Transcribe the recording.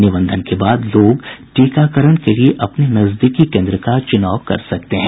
निबंधन के बाद लोग टीकाकरण के लिए अपने नजदीकी केन्द्र का चुनाव कर सकते हैं